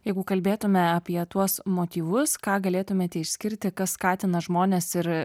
jeigu kalbėtume apie tuos motyvus ką galėtumėte išskirti kas skatina žmones ir